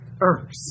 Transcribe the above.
earth